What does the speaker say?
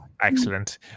excellent